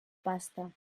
pasta